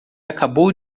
acabou